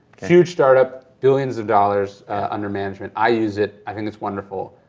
huge startup, billions of dollars under management, i use it, i think it's wonderful.